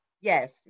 Yes